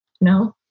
no